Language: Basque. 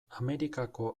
amerikako